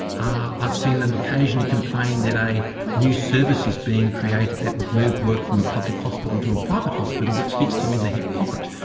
i've seen them occasionally complain that a new service is being created that would move work from a public hospital to a private hospital which hits them in the hip pocket.